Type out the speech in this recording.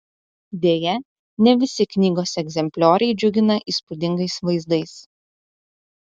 deja ne visi knygos egzemplioriai džiugina įspūdingais vaizdais